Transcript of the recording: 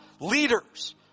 leaders